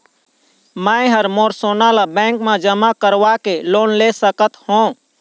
मैं हर मोर सोना ला बैंक म जमा करवाके लोन ले सकत हो?